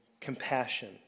compassion